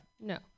No